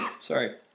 sorry